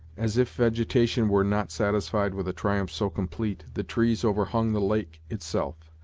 as if vegetation were not satisfied with a triumph so complete, the trees overhung the lake itself,